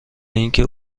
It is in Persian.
اینکه